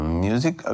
music